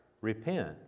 Repent